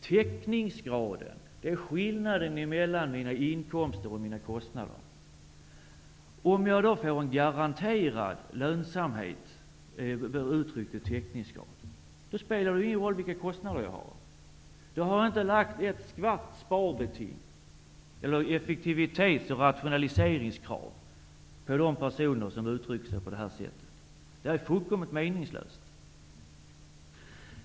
Täckningsgraden är skillnaden mellan intäkter och kostnader. Om jag får garanterad lönsamhet uttryckt i täckningsgrad, spelar det ingen roll vilka kostnader som jag har. De personer som har uttryckt sig på detta sätt har inte ställt några krav på effektivitet och rationalisering. Det är fullständigt meningslöst.